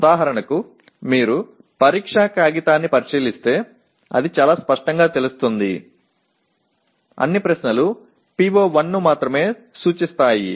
உதாரணமாக நீங்கள் தேர்வுத் தாளைப் பார்த்தால் அது மிகவும் தெளிவாக இருக்கும் எல்லா கேள்விகளும் PO1 ஐ மட்டுமே குறிக்கும்